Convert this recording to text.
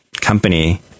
company